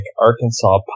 Arkansas